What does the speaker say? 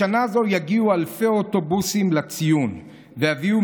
בשנה זו יגיעו אלפי אוטובוסים לציון ויביאו